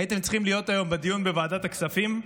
הייתם צריכים להיות היום בדיון בוועדת הכספים.